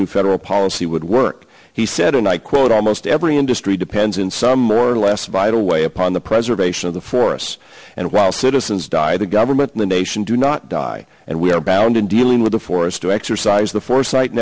new federal policy would work he said and i quote almost every industry depends in some more or less vital way upon the preservation of the forests and while citizens die the government and the nation do not die and we are bound in dealing with the forest to exercise the foresight